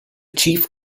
chief